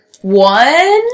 One